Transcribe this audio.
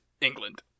England